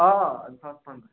آ زٕ ساس پَنٛداہ